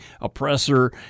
oppressor